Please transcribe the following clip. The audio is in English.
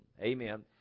amen